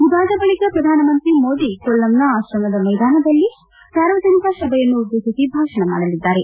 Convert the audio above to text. ಇದಾದ ಬಳಿಕ ಪ್ರಧಾನಮಂತ್ರಿ ನರೇಂದ್ರ ಮೋದಿ ಕೊಲ್ಲಂನ ಆತ್ರಮಮ್ ಮೈದಾನದಲ್ಲಿ ಸಾರ್ವಜನಿಕ ಸಭೆಯನ್ನುದ್ದೇಶಿಸಿ ಭಾಷಣ ಮಾಡಲಿದ್ದಾರೆ